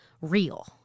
real